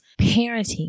parenting